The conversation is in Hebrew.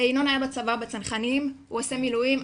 ינון היה בצבא "בצנחנים" הוא עושה מילואים.